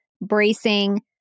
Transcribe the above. bracing